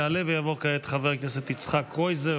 יעלה ויבוא כעת חבר הכנסת יצחק קרויזר,